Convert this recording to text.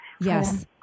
Yes